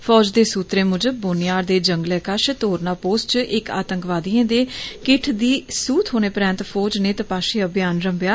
फौज दे सूत्रे मुजब बोनियार दे जंगले कश तोरना पोस्ट च इक आतंकवादिएं दे किट्ठ दी सूह थ्होने परैन्त फौज ने तपाशी अभियान रम्भेआ